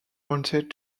wanted